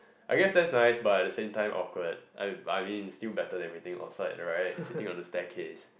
I guess that's nice but the same time awkward I I mean it's still better anything outside right sitting on the staircase